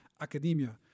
academia